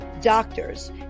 doctors